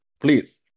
Please